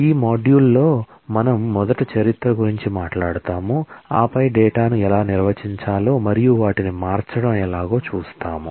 ఈ మాడ్యూల్లో మనం మొదట చరిత్ర గురించి మాట్లాడుతాము ఆపై డేటాను ఎలా నిర్వచించాలో మరియు వాటిని మార్చడం ఎలాగో చూస్తాము